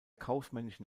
kaufmännischen